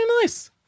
nice